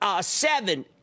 seven